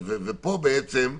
בעצם,